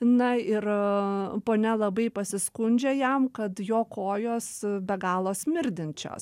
na ir ponia labai pasiskundžia jam kad jo kojos be galo smirdinčios